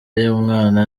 y’umwana